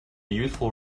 useful